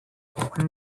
when